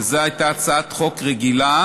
שזו הייתה הצעת חוק רגילה